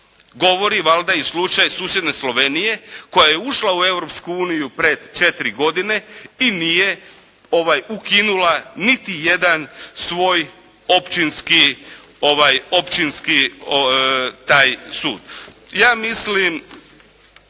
govori valjda i slučaj susjedne Slovenije koja je ušla u Europsku uniju pred četiri godine i nije ukinula niti jedan svoj općinski taj sud. Ja mislim